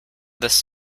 this